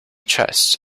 chests